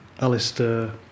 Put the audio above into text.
Alistair